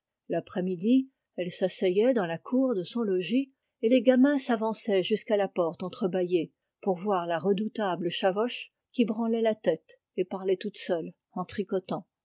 l'après-midi elle s'asseyait dans la cour de son logis et les gamins s'avançaient jusqu'à la porte entrebâillée pour voir la redoutable chavoche qui branlait la tête en tricotant